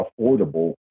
affordable